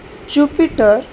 jupiter